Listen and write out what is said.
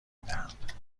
میدهند